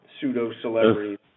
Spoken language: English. pseudo-celebrities